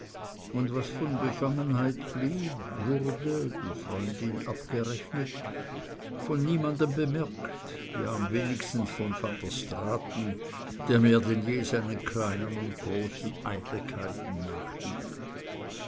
und was von befangenheit blieb wurde die freundin abgerechnet von niemandem bemerkt am wenigsten von van der straaten der mehr denn je seinen kleinen und großen eitelkeiten